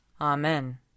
Amen